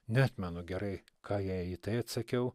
neatmenu gerai ką jai į tai atsakiau